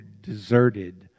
deserted